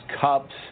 cups